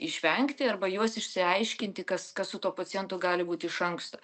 išvengti arba juos išsiaiškinti kas kas su tuo pacientu gali būt iš anksto